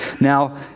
Now